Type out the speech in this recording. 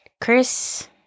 Chris